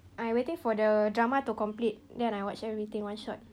I waiting for the drama to complete then I watch everything one shot